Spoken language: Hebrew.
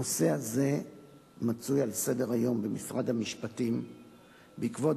הנושא הזה מצוי על סדר-היום במשרד המשפטים בעקבות